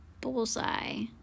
Bullseye